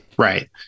Right